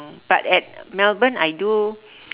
but at melbourne I do